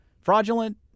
fraudulent